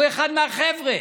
הוא אחד מהחבר'ה.